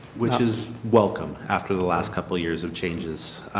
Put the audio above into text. which is welcome after the last couple of years of changes.